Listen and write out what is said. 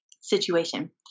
situation